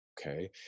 Okay